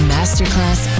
Masterclass